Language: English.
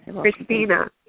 Christina